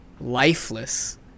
lifeless